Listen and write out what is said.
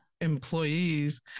employees